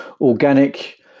organic